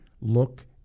Look